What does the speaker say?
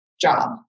job